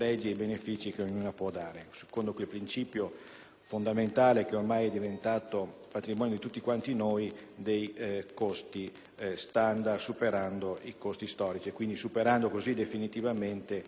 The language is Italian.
fondamentale, che ormai è diventato patrimonio di tutti noi, dei costi standard, superando i costi storici e quindi superando definitivamente questo modello di crisi che ci ha visto,